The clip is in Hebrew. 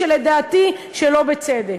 לדעתי שלא בצדק.